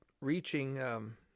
reaching